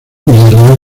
villarreal